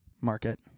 market